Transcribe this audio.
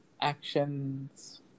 actions